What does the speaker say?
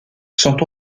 sont